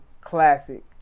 classic